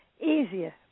easier